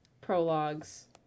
prologues